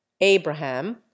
Abraham